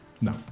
No